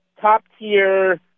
top-tier